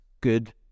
good